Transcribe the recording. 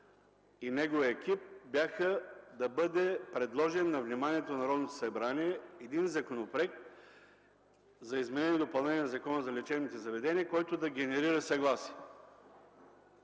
и неговия екип бяха да бъде предложен на вниманието на Народното събрание един Законопроект за изменение и допълнение на Закона за лечебните заведения, който да генерира съгласие.